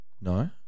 No